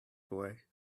boy